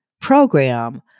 program